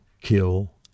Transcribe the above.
kill